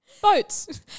Boats